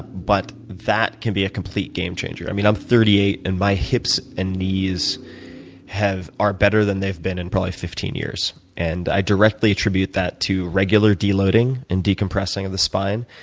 but that can be a completely game changer. i mean, i'm thirty eight, and my hips and knees are better than they've been in probably fifteen years. and i directly attribute that to regular deloading and decompressing of the spine,